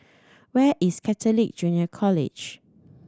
where is Catholic Junior College